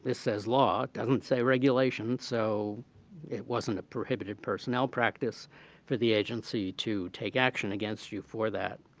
this says law. it doesn't say regulation so it wasn't a prohibited personnel practice for the agency to take action against you for that.